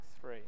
three